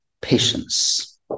patience